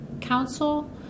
council